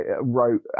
wrote